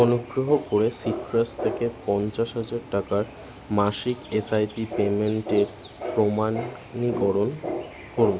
অনুগ্রহ করে সিট্রাস থেকে পঞ্চাশ হাজার টাকার মাসিক এস আই পি পেমেন্টের প্রমাণীকরণ করুন